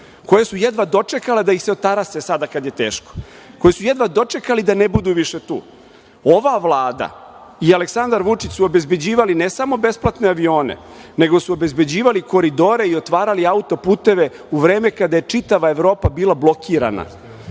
koje su jedva dočekale da ih se otarase sada kad je teško, koje su jedva dočekale da ne budu više tu. Ova Vlada i Aleksandar Vučić su obezbeđivali ne samo besplatne avione, nego su obezbeđivali koridore i otvarali autoputeve u vreme kada je čitava Evropa bila blokirana.